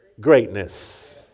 greatness